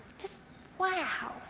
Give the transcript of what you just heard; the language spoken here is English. just wow.